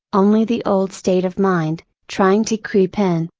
only the old state of mind, trying to creep in,